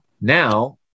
Now